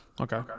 Okay